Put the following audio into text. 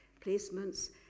placements